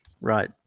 right